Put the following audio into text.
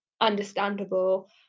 understandable